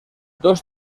dos